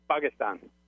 Pakistan